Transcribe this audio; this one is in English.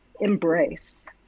embrace